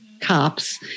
cops